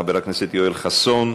חבר הכנסת יואל חסון,